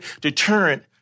deterrent